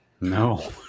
No